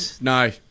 no